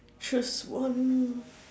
choose one